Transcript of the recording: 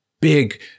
big